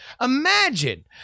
Imagine